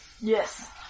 Yes